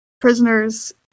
Prisoners